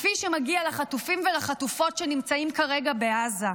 כפי שמגיע לחטופים ולחטופות שנמצאים כרגע בעזה.